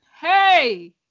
hey